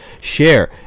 Share